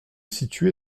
situé